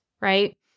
right